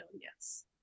yes